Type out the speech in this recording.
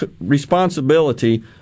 responsibility